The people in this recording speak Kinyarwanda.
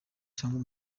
cyangwa